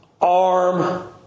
arm